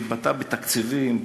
שהתבטאה בתקציבים,